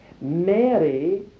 Mary